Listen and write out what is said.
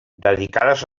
dedicades